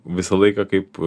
visą laiką kaip